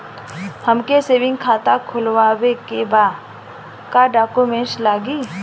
हमके सेविंग खाता खोलवावे के बा का डॉक्यूमेंट लागी?